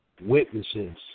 witnesses